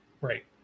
Right